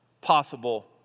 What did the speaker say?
possible